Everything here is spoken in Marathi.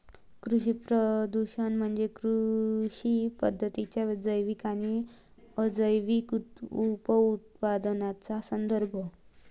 कृषी प्रदूषण म्हणजे कृषी पद्धतींच्या जैविक आणि अजैविक उपउत्पादनांचा संदर्भ